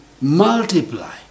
multiply